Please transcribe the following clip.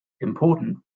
important